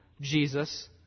Jesus